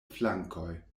flankoj